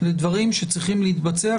לדברים שצריכים להתבצע,